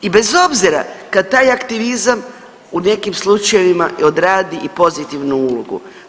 I bez obzira kad taj aktivizam u nekim slučajevima odradi i pozitivnu ulogu.